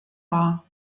war